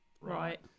Right